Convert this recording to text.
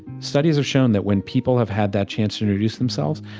studies have shown that when people have had that chance to introduce themselves,